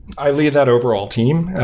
i lead that overall team.